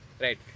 right